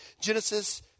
Genesis